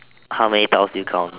how many tiles did you count